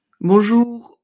Bonjour